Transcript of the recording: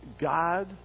God